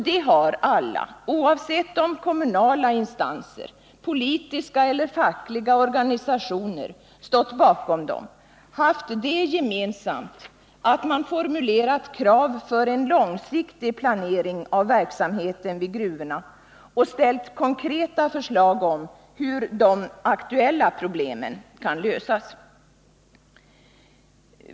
De har alla — oavsett om kommunala instanser eller politiska eller fackliga organisationer stått bakom dem — haft det gemensamt att man formulerat krav för en långsiktig planering av verksamheten vid gruvorna och ställt konkreta förslag om hur de aktuella problemen kan lösas.